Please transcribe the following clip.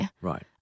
right